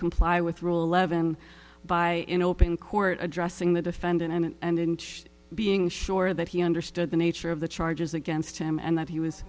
comply with rule eleven by in open court addressing the defendant and inch being sure that he understood the nature of the charges against him and that he was